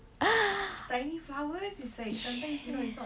yes